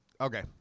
Okay